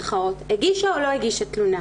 הגישה או לא הגישה תלונה?